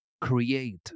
create